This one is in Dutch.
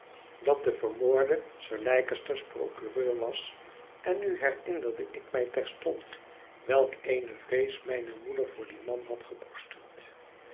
dat de vermoorde sir leicester's procureur was en nu herinnerde ik mij terstond welk eene vrees mijne moeder voor dien man had gekoesterd